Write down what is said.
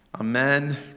Amen